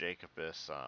Jacobus